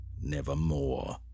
nevermore